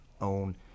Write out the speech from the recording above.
own